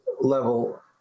level